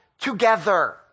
together